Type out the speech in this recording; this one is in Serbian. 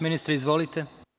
Ministre izvolite.